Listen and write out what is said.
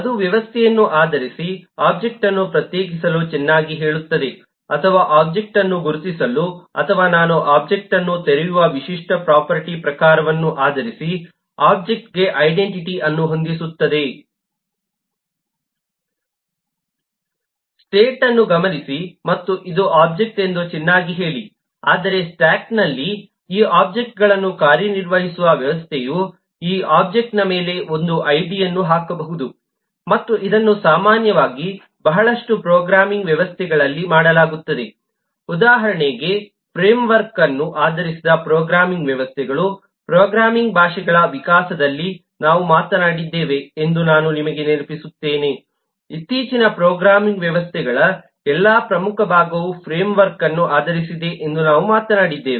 ಅದು ವ್ಯವಸ್ಥೆಯನ್ನು ಆಧರಿಸಿ ಒಬ್ಜೆಕ್ಟ್ ಅನ್ನು ಪ್ರತ್ಯೇಕಿಸಲು ಚೆನ್ನಾಗಿ ಹೇಳುತ್ತದೆ ಅಥವಾ ಒಬ್ಜೆಕ್ಟ್ ಅನ್ನು ಗುರುತಿಸಲು ಅಥವಾ ನಾನು ಒಬ್ಜೆಕ್ಟ್ ಅನ್ನು ತೆರೆಯುವ ವಿಶಿಷ್ಟ ಪ್ರೊಫರ್ಟಿ ಪ್ರಕಾರವನ್ನು ಆಧರಿಸಿ ಒಬ್ಜೆಕ್ಟ್ಗೆ ಐಡೆಂಟಿಟಿ ಅನ್ನು ಹೊಂದಿಸುತ್ತದೆ ಸ್ಟೇಟ್ಅನ್ನು ಗಮನಿಸಿ ಮತ್ತು ಇದು ಒಬ್ಜೆಕ್ಟ್ ಎಂದು ಚೆನ್ನಾಗಿ ಹೇಳಿ ಆದರೆ ಸ್ಟ್ಯಾಕ್ನಲ್ಲಿ ಈ ಒಬ್ಜೆಕ್ಟ್ಗಳನ್ನು ನಿರ್ವಹಿಸುವ ವ್ಯವಸ್ಥೆಯು ಆ ಒಬ್ಜೆಕ್ಟ್ನ ಮೇಲೆ ಒಂದು ಐಡಿಯನ್ನು ಹಾಕಬಹುದು ಮತ್ತು ಇದನ್ನು ಸಾಮಾನ್ಯವಾಗಿ ಬಹಳಷ್ಟು ಪ್ರೋಗ್ರಾಮಿಂಗ್ ವ್ಯವಸ್ಥೆಗಳಲ್ಲಿ ಮಾಡಲಾಗುತ್ತದೆ ಉದಾಹರಣೆಗೆ ಫ್ರೇಮ್ವರ್ಕ್ ಅನ್ನು ಆಧರಿಸಿದ ಪ್ರೋಗ್ರಾಮಿಂಗ್ ವ್ಯವಸ್ಥೆಗಳು ಪ್ರೋಗ್ರಾಮಿಂಗ್ ಭಾಷೆಗಳ ವಿಕಾಸದಲ್ಲಿ ನಾವು ಮಾತನಾಡಿದ್ದೇವೆ ಎಂದು ನಾನು ನಿಮಗೆ ನೆನಪಿಸುತ್ತೇನೆ ಇತ್ತೀಚಿನ ಪ್ರೋಗ್ರಾಮಿಂಗ್ ವ್ಯವಸ್ಥೆಗಳ ಎಲ್ಲಾ ಪ್ರಮುಖ ಭಾಗವು ಫ್ರೇಮ್ವರ್ಕ್ ಅನ್ನು ಆಧರಿಸಿದೆ ಎಂದು ನಾವು ಮಾತನಾಡಿದ್ದೇವೆ